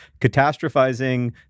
Catastrophizing